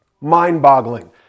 Mind-boggling